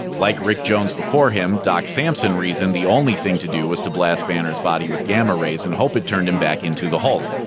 like rick jones before him, doc samson reasoned the only thing to do was to blast banner's body with gamma rays and hope it turned him back into the hulk.